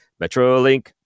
MetroLink